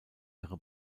ihre